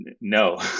No